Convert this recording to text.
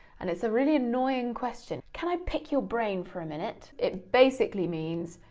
and it's a really annoying question. can i pick your brain for a minute? it basically means,